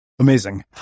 Amazing